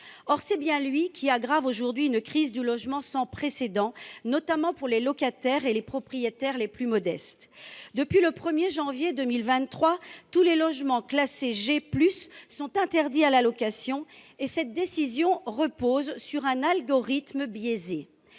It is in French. Or c’est bien ce même DPE qui aggrave aujourd’hui une crise du logement sans précédent, notamment pour les locataires et propriétaires les plus modestes. Depuis le 1 janvier 2023, tous les logements classés G+ sont interdits à la location, et cette décision repose sur un algorithme biaisé.